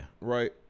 Right